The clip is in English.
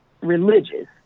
religious